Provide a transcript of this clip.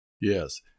Yes